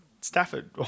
Stafford